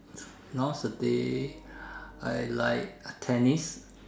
nowadays I like uh tennis